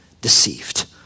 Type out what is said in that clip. deceived